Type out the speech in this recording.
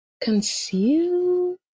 conceal